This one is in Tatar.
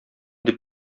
дип